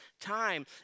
time